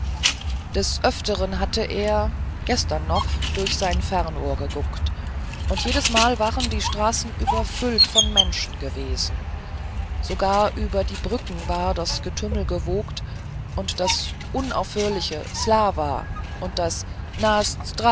des öfteren hatte er gestern noch durch sein fernrohr geguckt und jedesmal waren die straßen überfüllt von menschen gewesen sogar über die brücken war das getümmel gewogt und das unaufhörliche slava und nas